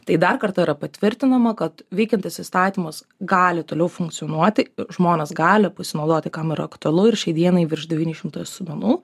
tai dar kartą yra patvirtinama kad veikiantis įstatymas gali toliau funkcionuoti žmonės gali pasinaudoti kam yra aktualu ir šiai dienai virš devynis šimtus asmenų